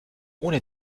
ohne